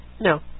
No